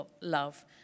love